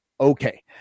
Okay